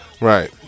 Right